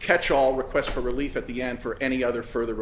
catchall requests for relief at the end for any other further